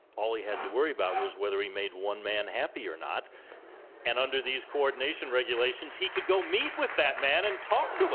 all he had to worry about was whether he made one man happy or not and under these coordination regulations he could go meet with that man and talk to him.